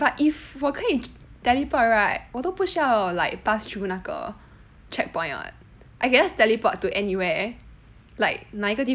but if 我可以 teleport right 我都不需要 like pass through 那个 checkpoint [what] I just teleport to anywhere like 哪一个地方